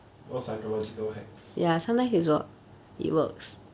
all psychological hacks